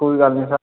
ਕੋਈ ਗੱਲ ਨਹੀਂ ਸਰ